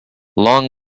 long